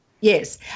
yes